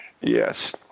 Yes